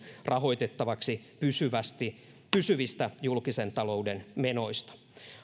rahoitettavaksi pysyvistä julkisen talouden menoista